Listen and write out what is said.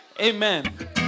Amen